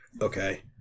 Okay